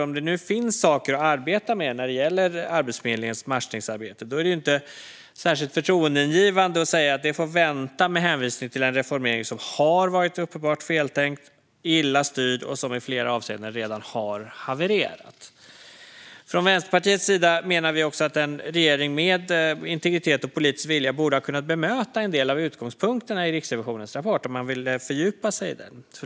Om det nu finns saker att arbeta med när det gäller Arbetsförmedlingens matchningsarbete är det inte särskilt förtroendeingivande att säga att det får vänta med hänvisning till en reformering som har varit uppenbart feltänkt, illa styrd och som i flera avseenden redan har havererat. Från Vänsterpartiets sida menar vi att en regering med integritet och politisk vilja borde ha kunnat bemöta en del av utgångspunkterna i Riksrevisionens rapport om man vill fördjupa sig i den.